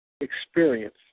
Experience